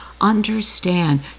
understand